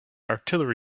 artillery